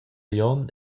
glion